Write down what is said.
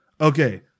Okay